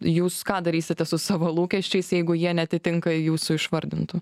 jūs ką darysite su savo lūkesčiais jeigu jie neatitinka jūsų išvardintų